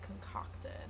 concocted